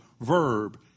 verb